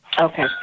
Okay